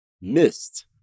missed